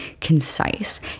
concise